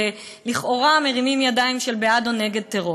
שלכאורה מרימים ידיים על בעד או נגד טרור.